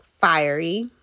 fiery